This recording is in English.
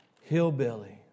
hillbilly